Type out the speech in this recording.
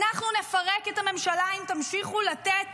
אנחנו נפרק את הממשלה אם תמשיכו לתת